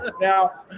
Now